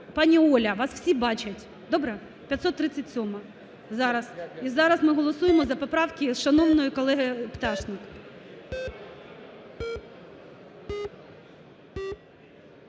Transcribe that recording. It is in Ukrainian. Пані Оля, вас всі бачать, добре. 537-а зараз, і зараз ми голосуємо за поправки шановної колеги Пташник.